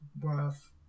worth